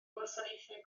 gwasanaethau